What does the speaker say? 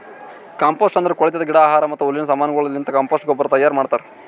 compost ಅಂದುರ್ ಕೊಳತಿದ್ ಗಿಡ, ಆಹಾರ ಮತ್ತ ಹುಲ್ಲಿನ ಸಮಾನಗೊಳಲಿಂತ್ ಕಾಂಪೋಸ್ಟ್ ಗೊಬ್ಬರ ತೈಯಾರ್ ಮಾಡ್ತಾರ್